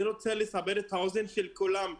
אני רוצה לסבר את האוזן של כולם.